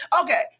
okay